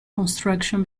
construction